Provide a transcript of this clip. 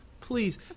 please